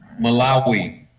Malawi